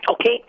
Okay